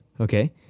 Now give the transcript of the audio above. Okay